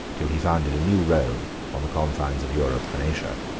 till he founded a new rome on the confines of europe and asia.